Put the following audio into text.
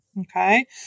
Okay